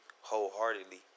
wholeheartedly